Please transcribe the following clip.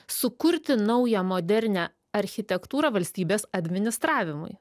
sukurti naują modernią architektūrą valstybės administravimui